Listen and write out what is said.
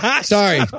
Sorry